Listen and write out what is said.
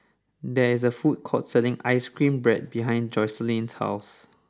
there is a food court selling Ice Cream Bread behind Jocelynn's house